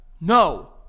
No